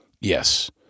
Yes